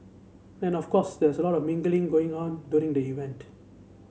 and of course there's lot mingling going on during the event